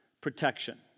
protection